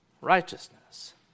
righteousness